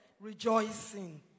rejoicing